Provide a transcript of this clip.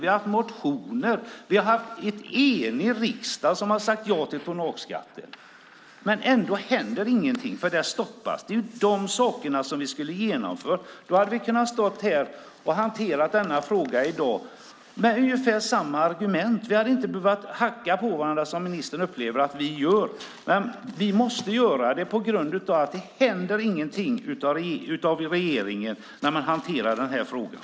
Vi har haft motioner. Vi har haft en enig riksdag som har sagt ja till tonnageskatten. Ändå händer ingenting, för det stoppas. Det är de sakerna vi skulle ha genomfört. Då hade vi kunnat stå här och hanterat denna fråga i dag med ungefär samma argument. Vi hade inte behövt hacka på varandra, som ministern upplever att vi gör. Men vi måste göra det på grund av att det inte händer någonting från regeringens sida när man hanterar den här frågan.